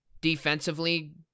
Defensively